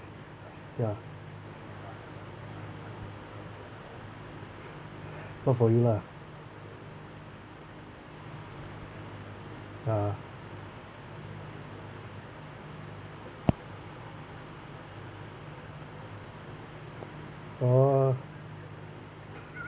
ya not for you lah uh oh